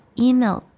email